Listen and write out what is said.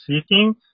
seeking